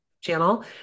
channel